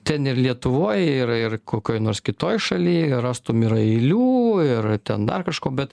ten ir lietuvoj ir ir kokioj nors kitoj šaly rastum ir eilių ir ten dar kažko bet